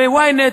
ב-Ynet,